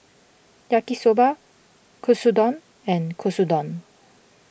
Yaki Soba Katsudon and Katsudon